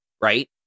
right